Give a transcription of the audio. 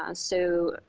um so,